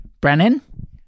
Brennan